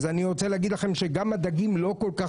אז אני רוצה להגיד לכם שגם הדגים לא כל כך